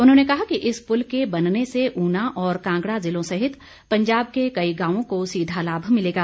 उन्होंने कहा कि इस पुल के बनने से ऊना और कांगड़ा ज़िलों सहित पंजाब के कई गांवों को सीधा लाभ मिलेगा